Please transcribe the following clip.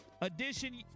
edition